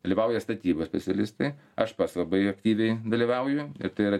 dalyvauja statybų specialistai aš pats labai aktyviai dalyvauju ir tai yra